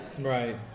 right